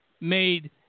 made